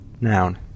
noun